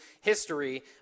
history